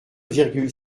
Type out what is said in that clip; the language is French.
virgule